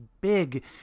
big